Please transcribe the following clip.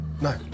No